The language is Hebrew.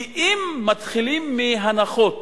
כי אם מתחילים מהנחות